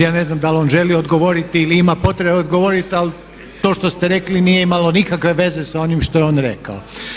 Ja ne znam da li on želi odgovoriti ili ima potrebe odgovoriti ali to što ste rekli nije imalo nikakve veze sa onim što je on rekao.